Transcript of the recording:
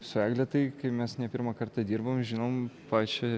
su egle tai kai mes ne pirmą kartą dirbom žinom pačią